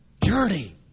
journey